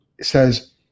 says